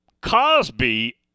Cosby